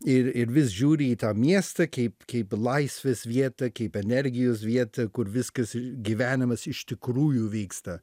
ir ir vis žiūri į tą miestą kaip kaip laisvės vietą kaip energijos vietą kur viskas gyvenimas iš tikrųjų vyksta